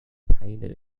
painted